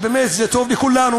באמת זה טוב לכולנו